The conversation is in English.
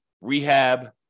rehab